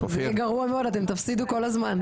גרוע מאוד, אתם תפסידו כל הזמן.